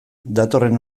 datorren